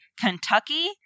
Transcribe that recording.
Kentucky